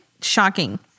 Shocking